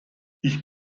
ich